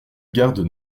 gardent